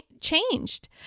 changed